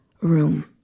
room